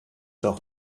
doch